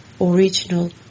original